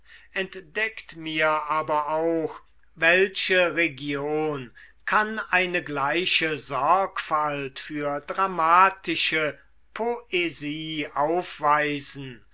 entdeckt mir aber auch welche region kann eine gleiche sorgfalt für dramatische poesie aufweisen